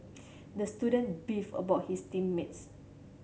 the student beefed about his team mates